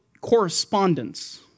Correspondence